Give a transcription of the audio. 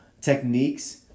techniques